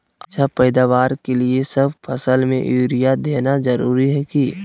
अच्छा पैदावार के लिए सब फसल में यूरिया देना जरुरी है की?